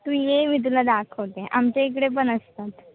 तू ये मी तुला दाखवते आमच्या इकडे पण असतात